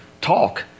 talk